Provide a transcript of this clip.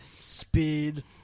speed